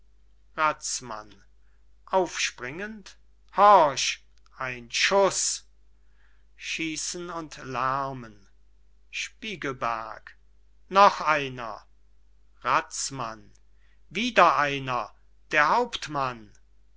razmann aufspringend horch ein schuß schießen und lermen spiegelberg noch einer razmann wieder einer der hauptmann